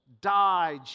died